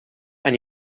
and